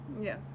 Yes